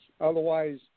Otherwise